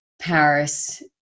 Paris